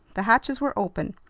the hatches were open.